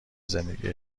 زندگی